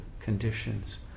Conditions